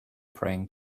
praying